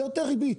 זה יותר ריבית.